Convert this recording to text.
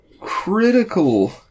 Critical